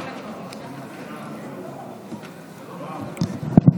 ונשים כאחד: לא עוד.